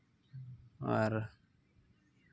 ᱟᱨ